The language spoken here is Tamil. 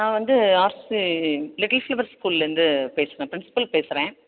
நான் வந்து ஆஸ்ஸு லிட்டில் ஃப்ளவர் ஸ்கூல்லேருந்து பேசுகிறேன் பிரின்ஸ்பல் பேசுகிறேன்